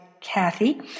Kathy